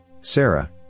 Sarah